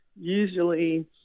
usually